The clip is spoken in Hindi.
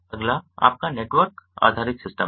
अगला आपका नेटवर्क आधारित सिस्टम है